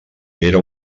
era